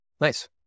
Nice